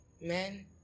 man